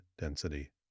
density